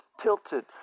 tilted